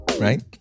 right